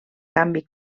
canvi